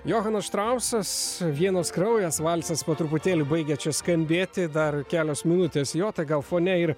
johanas štrausas vienos kraujas valsas po truputėlį baigia čia skambėti dar kelios minutės jo tai gal fone ir